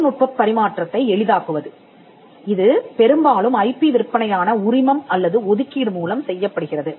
தொழில்நுட்பப் பரிமாற்றத்தை எளிதாக்குவது இது பெரும்பாலும் ஐபி விற்பனையான உரிமம் அல்லது ஒதுக்கீடு மூலம் செய்யப்படுகிறது